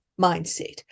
mindset